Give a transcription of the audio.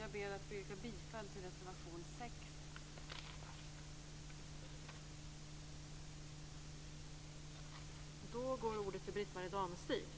Jag yrkar bifall till reservation 6.